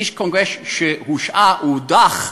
איש קונגרס שהושעה או הודח,